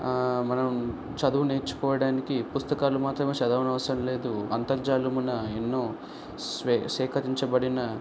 ఆ మనం చదువు నేర్చుకోవడానికి పుస్తకాలు మాత్రమే చదవనవసరంలేదు అంతర్జాలమున ఎన్నో స్వే సేకరించబడిన